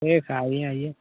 ठीक है आइए आइए